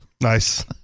Nice